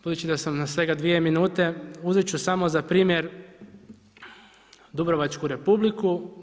Budući da sam na svega 2 minute, uzet ću samo za primjer Dubrovačku republiku.